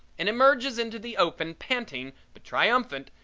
and emerges into the open panting but triumphant,